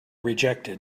rejected